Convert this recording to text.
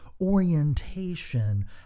orientation